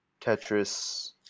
Tetris